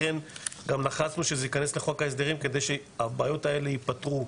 לכן גם לחצנו שזה ייכנס לחוק ההסדרים כדי שהבעיות האלה ייפתרו.